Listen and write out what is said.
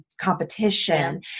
competition